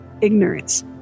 ignorance